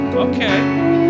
Okay